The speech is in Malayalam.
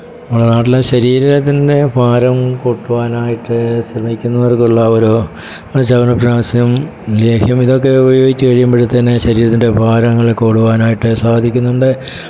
നമ്മുടെ നാട്ടിൽ ശരീരത്തിന്റെ ഭാരം കൂട്ടുവാനായിട്ട് ശ്രമിക്കുന്നവര്ക്കുള്ള ഒരു ഒരു ചവനപ്രാശം ലേഹ്യം ഇതൊക്കെ ഉപയോഗിച്ച് കഴിയുമ്പോഴത്തേന് ശരീരത്തിന്റെ ഭാരങ്ങൾ കൂടുവാനായിട്ട് സാധിക്കുന്നുണ്ട്